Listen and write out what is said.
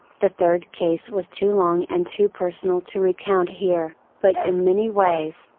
the third case was too long and too personal to recount here, but in many ways,